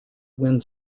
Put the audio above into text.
wind